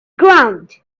ground